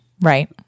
right